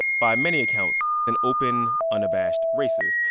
by many accounts, an open, unabashed racist.